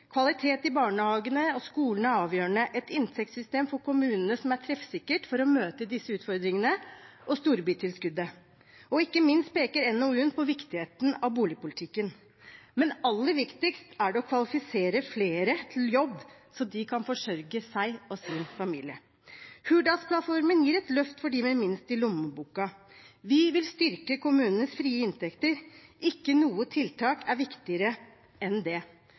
Kvalitet i barnehagene og skolene er avgjørende, et inntektssystem for kommunene som er treffsikkert for å møte disse utfordringene, og storbytilskuddet. Ikke minst peker også NOU-en på viktigheten av boligpolitikken, men aller viktigst er det å kvalifisere flere til jobb, slik at de kan forsørge seg og sin familie. Hurdalsplattformen gir et løft for dem med minst i lommeboka. Vi vil styrke kommunenes frie inntekter – ikke noe tiltak er viktigere enn det.